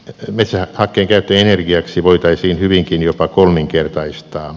petr metsähakkeen käyttö energiaksi voitaisiin hyvinkin jopa kolminkertaistaa